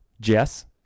Jess